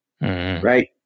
right